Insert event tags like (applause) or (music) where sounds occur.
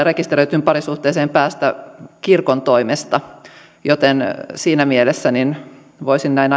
(unintelligible) rekisteröityyn parisuhteeseen päästä kirkon toimesta joten siinä mielessä voisin ajatella näin (unintelligible)